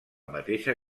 mateixa